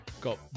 got